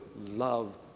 love